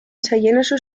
italienische